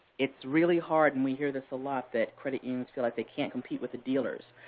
it's really hard, and we hear this a lot, that credit unions feel like they can't compete with the dealers.